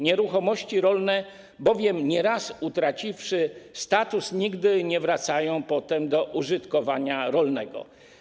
Nieruchomości rolne bowiem nie raz utraciwszy status, nigdy nie wracają potem do użytkowania rolnego.